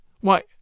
Why